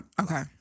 Okay